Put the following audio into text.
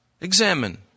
Examine